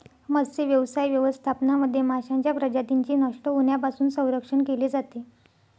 मत्स्यव्यवसाय व्यवस्थापनामध्ये माशांच्या प्रजातींचे नष्ट होण्यापासून संरक्षण केले जाते